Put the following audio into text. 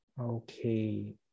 Okay